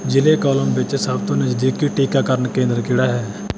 ਜ਼ਿਲ੍ਹੇ ਕੋਲਮ ਵਿੱਚ ਸਭ ਤੋਂ ਨਜ਼ਦੀਕੀ ਟੀਕਾਕਰਨ ਕੇਂਦਰ ਕਿਹੜਾ ਹੈ